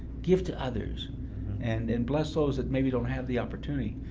give to others and and bless those that maybe don't have the opportunity.